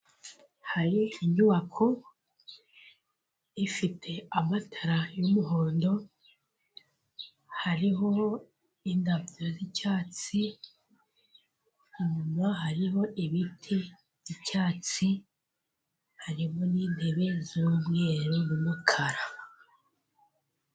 Hari inyubako ifite amatara y'umuhondo hariho indabyo z'icyatsi, inyuma hariho ibiti byi'cyatsi harimo n'intebe z'umweru n'umukara.